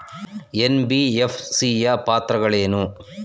NBFC ಯ ಪಾತ್ರಗಳೇನು?